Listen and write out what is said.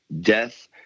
death